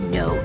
no